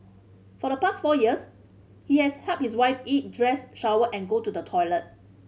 for the past four years he has helped his wife eat dress shower and go to the toilet